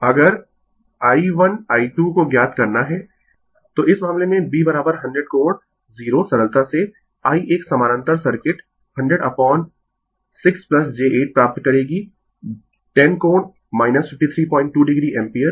Refer Slide Time 2557 तो इस मामले में b 100 कोण 0 सरलता से I एक समानांतर सर्किट 100 अपोन 6 j8 प्राप्त करेगी 10 कोण 532 o एम्पीयर